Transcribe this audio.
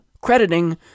crediting